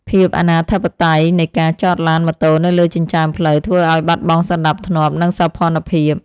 ភាពអនាធិបតេយ្យនៃការចតឡានម៉ូតូនៅលើចិញ្ចើមផ្លូវធ្វើឱ្យបាត់បង់សណ្តាប់ធ្នាប់ និងសោភ័ណភាព។